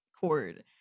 cord